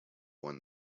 won